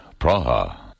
Praha